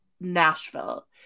nashville